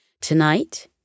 Tonight